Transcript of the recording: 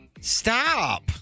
Stop